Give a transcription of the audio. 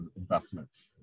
investments